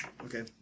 Okay